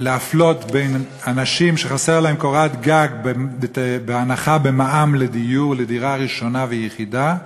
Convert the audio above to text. להפלות בין אנשים שחסרה להם קורת-גג בהנחה במע"מ לדירה ראשונה ויחידה,